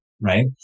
Right